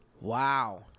Wow